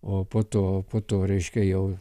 o po to po to reiškia jau